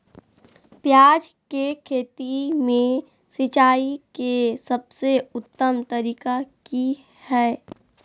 प्याज के खेती में सिंचाई के सबसे उत्तम तरीका की है?